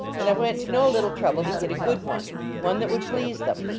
and i went to no little trouble to get a good one one that would please them.